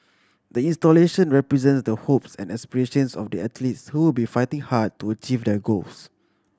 the installation represents the hopes and aspirations of the athletes who be fighting hard to achieve their goals